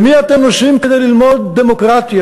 למי אתם נוסעים כדי ללמוד דמוקרטיה?